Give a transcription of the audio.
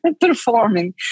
performing